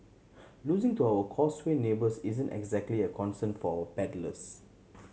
losing to our Causeway neighbours isn't exactly a concern for our paddlers